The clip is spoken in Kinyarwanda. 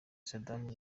sadam